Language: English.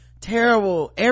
terrible